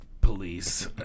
police